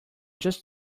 just